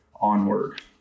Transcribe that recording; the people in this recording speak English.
onward